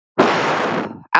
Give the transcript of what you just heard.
out